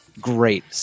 Great